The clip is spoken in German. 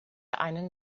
einen